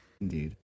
Indeed